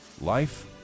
life